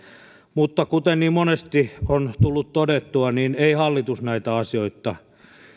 mutta kuten niin monesti on tullut todettua niin ei hallitus näitä asioita